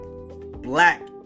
black